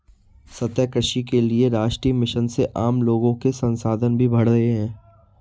सतत कृषि के लिए राष्ट्रीय मिशन से आम लोगो के संसाधन भी बढ़े है